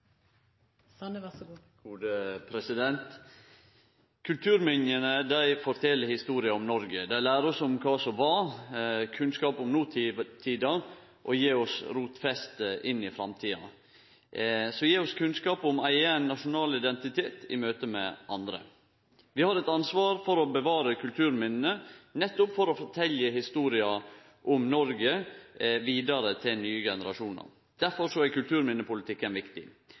historia om Noreg. Dei lærer oss om kva som var, kunnskap om notida og gjev oss rotfeste inn i framtida. Så gjev det oss kunnskap om ein nasjonal identitet i møte med andre. Vi har eit ansvar for å bevare kulturminna nettopp for å fortelje historia om Noreg vidare til nye generasjonar. Difor er kulturminnepolitikken viktig.